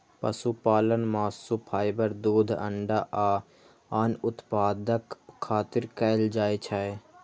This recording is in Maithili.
पशुपालन मासु, फाइबर, दूध, अंडा आ आन उत्पादक खातिर कैल जाइ छै